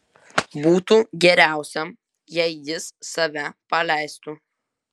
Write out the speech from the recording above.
būtų geriausiam jei jis save paleistų